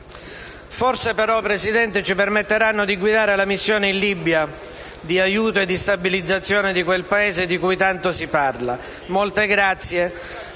Forse, però, signor Presidente, ci permetteranno di guidare la missione in Libia, di aiuto e di stabilizzazione di quel Paese, di cui tanto si parla. Molte grazie,